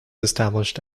established